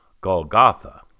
Golgotha